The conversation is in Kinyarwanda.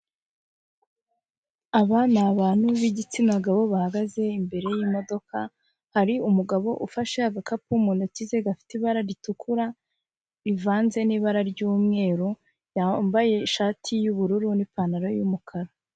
Aba ni abantu b'igitsina gabo bahagaze imbere y'imodoka, hari umugabo ufashe agakapu mu ntoki ze gafite ibara ritukura rivanze n'ibara ry'umweru, yambaye ishati y'ubururu n'ipantaro y'umukara.